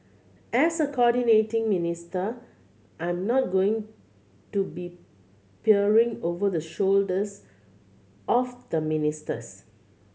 as a coordinating minister I'm not going to be peering over the shoulders of the ministers